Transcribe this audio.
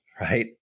Right